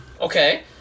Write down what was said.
Okay